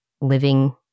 living